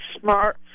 smart